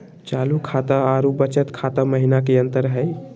चालू खाता अरू बचत खाता महिना की अंतर हई?